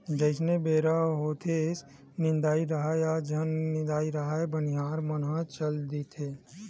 जइसने बेरा होथेये निदाए राहय या झन निदाय राहय बनिहार मन ह चली देथे